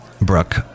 Brooke